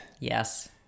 Yes